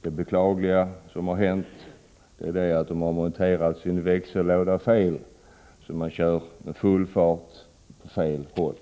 Det beklagliga som har hänt är att de har monterat sin växellåda fel, så att man kör med full fart åt fel håll.